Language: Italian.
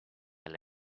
alle